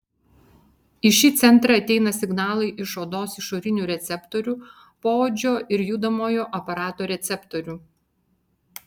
į šį centrą ateina signalai iš odos išorinių receptorių poodžio ir judamojo aparato receptorių